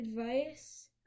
Advice